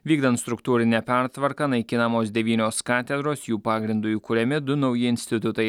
vykdant struktūrinę pertvarką naikinamos devynios katedros jų pagrindu kuriami du nauji institutai